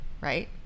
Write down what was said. right